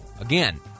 again